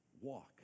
walk